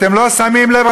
אתם לא שמים לב,